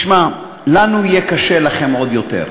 אל תשכח, תשמע, לנו יהיה קשה, לכם עוד יותר.